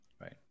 Right